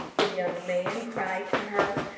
the young man cried to her,